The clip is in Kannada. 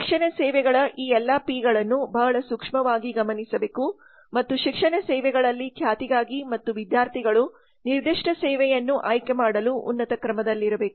ಶಿಕ್ಷಣ ಸೇವೆಗಳ ಈ ಎಲ್ಲಾ ಪಿ 's ಗಳನ್ನು ಬಹಳ ಸೂಕ್ಷ್ಮವಾಗಿ ಗಮನಿಸಬೇಕು ಮತ್ತು ಶಿಕ್ಷಣ ಸೇವೆಗಳಲ್ಲಿ ಖ್ಯಾತಿಗಾಗಿ ಮತ್ತು ವಿದ್ಯಾರ್ಥಿಗಳು ನಿರ್ದಿಷ್ಟ ಸೇವೆಯನ್ನು ಆಯ್ಕೆ ಮಾಡಲು ಉನ್ನತ ಕ್ರಮದಲ್ಲಿರಬೇಕು